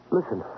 Listen